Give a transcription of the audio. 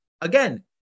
again